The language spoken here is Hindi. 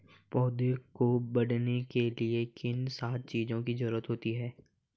पौधों को बढ़ने के लिए किन सात चीजों की जरूरत होती है?